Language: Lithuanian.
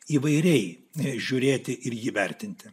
įvairiai žiūrėti ir jį vertinti